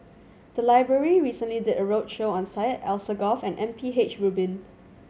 the library recently did a roadshow on Syed Alsagoff and M P H Rubin